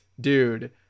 dude